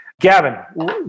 Gavin